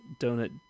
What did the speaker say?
donut